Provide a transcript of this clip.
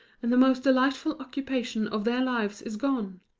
and the most delightful occupation of their lives is gone.